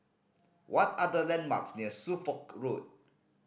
what are the landmarks near Suffolk Road